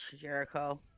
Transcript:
Jericho